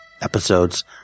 episodes